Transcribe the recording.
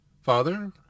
Father